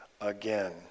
again